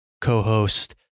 co-host